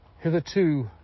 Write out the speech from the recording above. hitherto